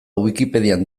wikipedian